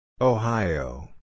Ohio